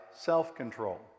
self-control